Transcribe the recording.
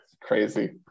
Crazy